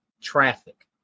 traffic